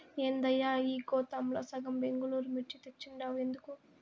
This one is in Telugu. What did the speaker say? ఏందయ్యా ఈ గోతాంల సగం బెంగళూరు మిర్చి తెచ్చుండావు ఎందుకు